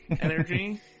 energy